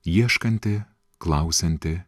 ieškanti klausianti